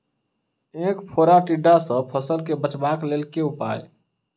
ऐंख फोड़ा टिड्डा सँ फसल केँ बचेबाक लेल केँ उपाय?